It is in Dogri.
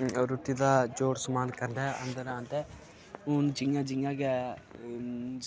रुट्टी दा जोड़ समान करदै अंदर आंदे हून जियां जियां गै